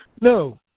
No